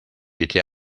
étais